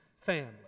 family